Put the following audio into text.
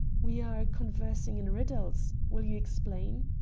we are conversing in riddles. will you explain?